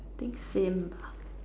I think same bah